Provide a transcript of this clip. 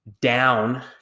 down